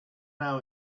our